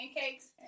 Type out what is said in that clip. pancakes